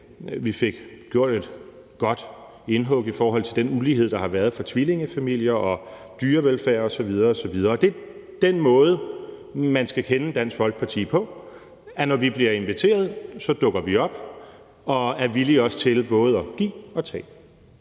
Vi fik gjort et godt indhug i forhold til den ulighed, der har været for tvillingefamilier, og i forhold til dyrevelfærd osv. osv. Den måde, man skal kende Dansk Folkeparti på, er, at når vi bliver inviteret, dukker vi op og er også villige til både at give og tage.